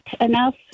enough